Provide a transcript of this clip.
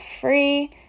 free